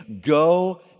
go